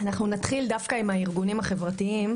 נתחיל דווקא עם הארגונים החברתיים,